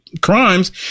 crimes